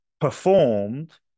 performed